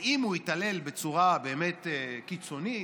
ואם הוא התעלל בצורה באמת קיצונית,